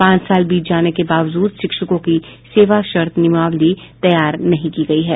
पांच साल बीत जाने के बावजूद शिक्षकों की सेवाशर्त नियमावली तैयार नहीं की गयी है